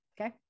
okay